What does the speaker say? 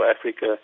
Africa